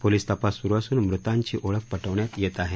police तपास सुरु असुन मृतांची ओळख पटवण्यात येत आहे